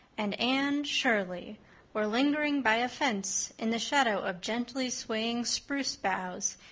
and anne shirley were lingering by a fence in the shadow of gently swaying spruce boughs,